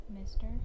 Mister